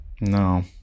no